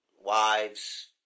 wives